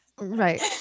Right